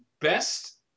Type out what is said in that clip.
best